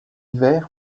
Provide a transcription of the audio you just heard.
hiver